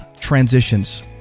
transitions